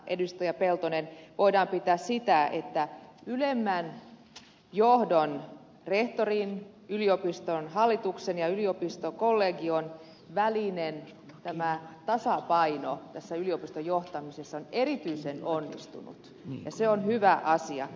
peltonen voidaan pitää sitä että ylemmän johdon rehtorin yliopiston hallituksen ja yliopistokollegion keskinäinen tasapaino tässä yliopiston johtamisessa on erityisen onnistunut se on hyvä asia